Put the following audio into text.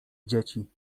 dzieci